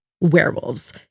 werewolves